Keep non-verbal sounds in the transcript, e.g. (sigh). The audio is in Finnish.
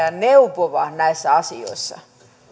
(unintelligible) ja neuvoo näissä asioissa